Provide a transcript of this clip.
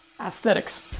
Aesthetics